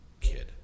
kid